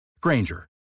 Granger